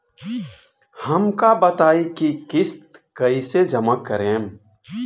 हम का बताई की किस्त कईसे जमा करेम?